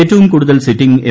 ഏറ്റവും കൂടുതൽ sitting M